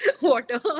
water